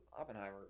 Oppenheimer